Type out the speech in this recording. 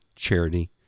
Charity